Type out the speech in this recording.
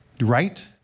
Right